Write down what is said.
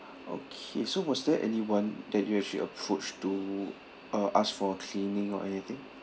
okay so was there anyone that you actually approached to uh ask for cleaning or anything